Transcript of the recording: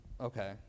okay